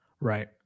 Right